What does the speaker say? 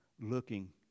looking